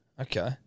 Okay